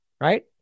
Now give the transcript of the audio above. right